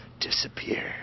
Disappear